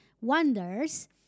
Wonders